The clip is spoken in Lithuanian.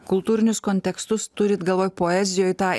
kultūrinius kontekstus turit galvoj poezijoj tą